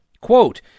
quote